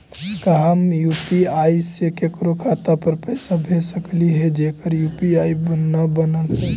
का हम यु.पी.आई से केकरो खाता पर पैसा भेज सकली हे जेकर यु.पी.आई न बनल है?